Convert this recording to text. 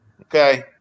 okay